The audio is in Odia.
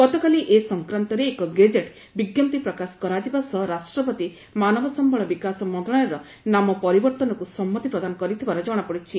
ଗତକାଲି ଏ ସଂକ୍ରାନ୍ତରେ ଏକ ଗେଜେଟ୍ ବିଜ୍ଞପ୍ତି ପ୍ରକାଶ କରାଯିବା ସହ ରାଷ୍ଟ୍ରପତି ମାନବ ସମ୍ଭଳ ବିକାଶ ମନ୍ତ୍ରଣାଳୟର ନାମ ପରିବର୍ତ୍ତନକୁ ସମ୍ମତି ପ୍ରଦାନ କରିଥିବାର ଜଣାପଡିଛି